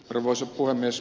arvoisa puhemies